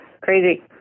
crazy